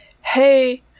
hey